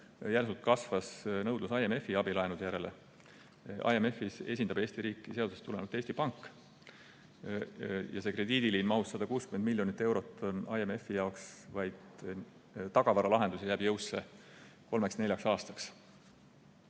järsult kasvas nõudlus IMF-i abilaenude järele. IMF-is esindab Eesti riiki seadusest tulenevalt Eesti Pank. See krediidiliin mahus 160 miljonit eurot on IMF-i jaoks vaid tagavaralahendus ja jääb jõusse kolmeks-neljaks